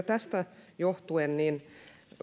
tästä johtuen